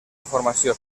informació